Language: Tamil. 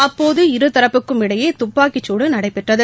அப்போது இருதரப்புக்கும் இடையேதுப்பாக்கிடுநடைபெற்றது